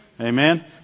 Amen